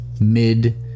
mid